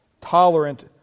tolerant